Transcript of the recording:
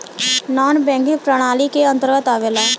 नानॅ banking प्रणाली के अंतर्गत आवेला